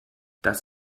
das